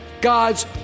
God's